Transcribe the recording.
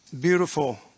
beautiful